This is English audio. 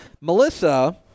Melissa